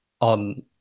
on